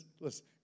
listen